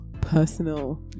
personal